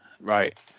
right